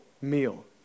meal